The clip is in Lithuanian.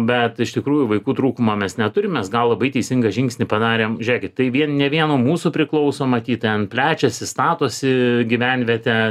bet iš tikrųjų vaikų trūkumo mes neturim mes gal labai teisingą žingsnį padarėm žėkit tai vien ne vien nuo mūsų priklauso matyt ten plečiasi statosi gyvenvietė